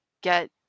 get